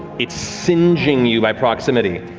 it's singeing you by proximity.